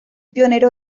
pionero